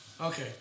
Okay